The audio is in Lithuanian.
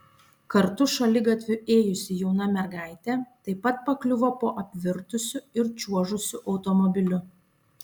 kartu šaligatviu ėjusi jauna mergaitė taip pat pakliuvo po apvirtusiu ir čiuožusiu automobiliu